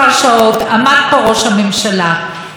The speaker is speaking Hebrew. אחרי נאום ממלכתי,